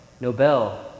Nobel